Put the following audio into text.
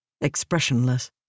expressionless